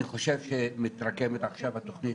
אני חושב שמתרקמת עכשיו תוכנית,